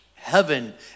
Heaven